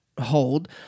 hold